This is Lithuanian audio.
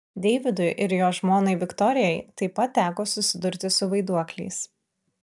deividui ir jo žmonai viktorijai taip pat teko susidurti su vaiduokliais